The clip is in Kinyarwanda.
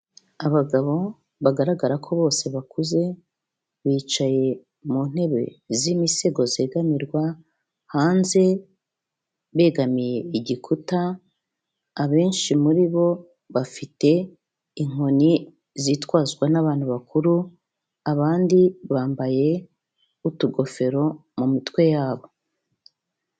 Abagabo bagaragara ko bose bakuze, bicaye mu ntebe z'imisego zegamirwa, hanze begamiye igikuta, abenshi muri bo bafite inkoni zitwazwa n'abantu bakuru, abandi bambaye utugofero, mu mitwe yabo.